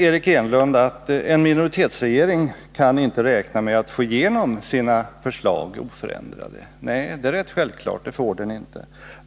Eric Enlund säger att en minoritetsregering inte kan räkna med att få igenom sina förslag oförändrade. Nej, det är rätt självklart.